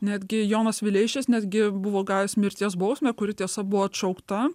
netgi jonas vileišis netgi buvo gavęs mirties bausmę kuri tiesa buvo atšaukta